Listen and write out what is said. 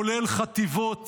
כולל חטיבות